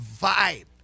vibe